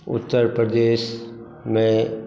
उत्तरप्रदेशमे